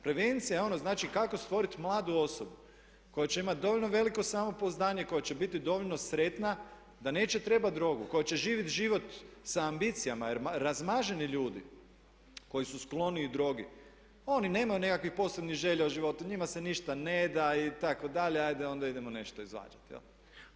Prevencija je ono znači kako stvoriti mladu osobu koja će imati dovoljno veliko samopouzdanje, koja će biti dovoljno sretna da neće trebati drogu, koja će živjeti život sa ambicijama jer razmaženi ljudi koji su skloniji drogi, oni nemaju nekakvih posebnih želja u životu, njima se ništa neda, itd., ajde onda idemo nešto izvađati.